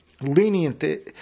lenient